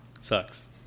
Sucks